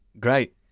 great